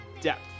depth